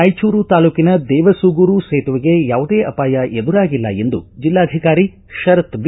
ರಾಯಚೂರು ತಾಲೂಕಿನ ದೇವಸೂಗೂರು ಸೇತುವೆಗೆ ಯಾವುದೇ ಅಪಾಯ ಎದುರಾಗಿಲ್ಲ ಎಂದು ಜಿಲ್ಲಾಧಿಕಾರಿ ಪರತ್ ಬಿ